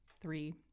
three